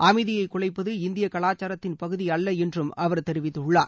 அமைதியை குலைப்பது இந்திய கலாச்சாரத்தின் பகுதி அல்ல என்றும் அவர் தெிவித்துள்ளார்